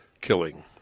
killing